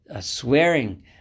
swearing